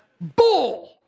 bull